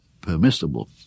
permissible